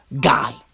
guy